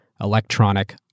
Electronic